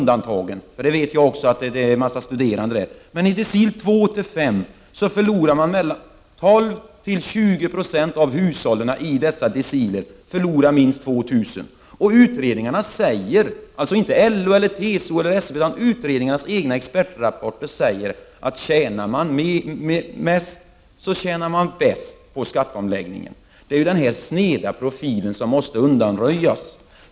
Då är personer i decil 1 undantagna, därför att många av dem hör till gruppen studerande. Utredningarnas egna expertrapporter säger att den som tjänar mest, tjänar bäst på skatteomläggningen. Det är den här sneda profilen som måste undanröjas.